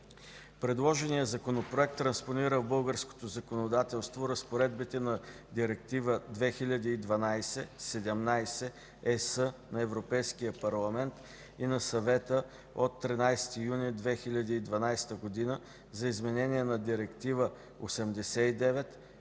Предложеният законопроект транспонира в българското законодателство разпоредбите на Директива 2012/17/ЕС на Европейския парламент и на Съвета от 13 юни 2012 г. за изменение на Директива